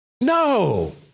No